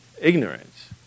ignorance